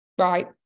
Right